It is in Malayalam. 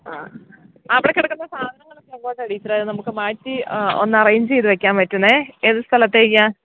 ആ അവിടെ കിടക്കുന്ന സാധനങ്ങളൊക്കെ നമുക്ക് മാറ്റി ഒന്ന് അറേഞ്ച് ചെയ്ത് വെക്കാൻ പറ്റുന്നത് ഏത് സ്ഥലത്തേക്കാണ്